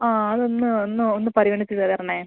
ആ അതൊന്ന് ഒന്ന് ഒന്ന് പരിഗണിച്ച് തരണേ